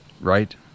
right